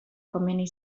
komeni